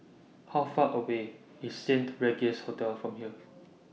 How Far away IS Saint Regis Hotel from here